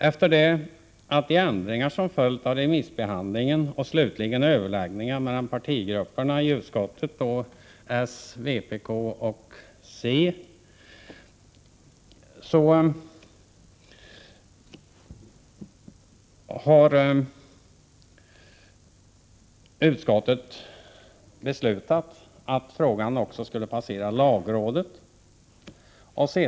Efter de ändringar som följt av remissbehandlingen, och slutligen överläggningar mellan partigrupperna i utskottet — socialdemokraterna, vpk och centern — har utskottet beslutat att frågan också skulle passera lagrådet.